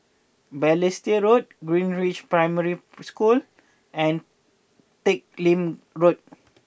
Balestier Road Greenridge Primary School and Teck Lim Road